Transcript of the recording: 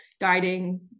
guiding